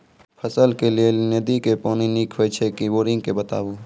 फसलक लेल नदी के पानि नीक हे छै या बोरिंग के बताऊ?